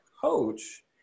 Coach